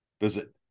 Visit